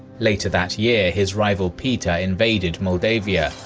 later that year his rival peter invaded moldavia,